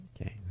Okay